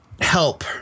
help